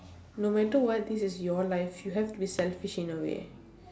no matter what this is your life you have to be selfish in a way